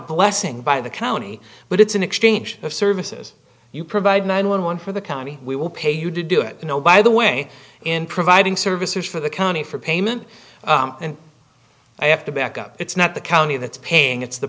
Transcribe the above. blessing by the county but it's an exchange of services you provide nine hundred and eleven for the county we will pay you to do it you know by the way in providing services for the county for payment and i have to back up it's not the county that's paying it's the